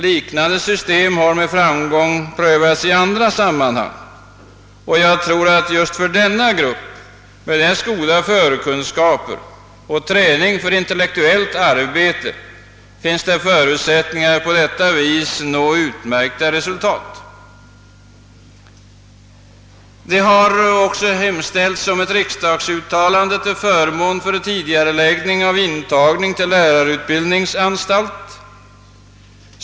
Liknande system har med framgång prövats i andra sammanhang, och jag tror att just för denna grupp, med dess goda förkunskaper och träning för intellektuellt arbete, finns det förutsättningar att på detta vis nå utmärkta resultat. Vi har även hemställt om ett riksdagsuttalande till förmån för tidigareläggning av intagning till lärarutbildningsanstalt.